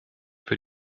für